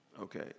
Okay